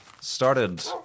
started